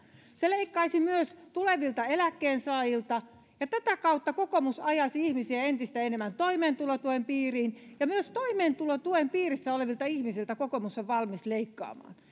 se leikkaisi myös tulevilta eläkkeensaajilta ja tätä kautta kokoomus ajaisi ihmisiä entistä enemmän toimeentulotuen piiriin ja myös toimeentulotuen piirissä olevilta ihmisiltä kokoomus on valmis leikkaamaan